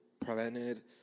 prevented